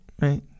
Right